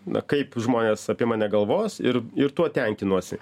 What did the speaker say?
na kaip žmonės apie mane galvos ir ir tuo tenkinuosi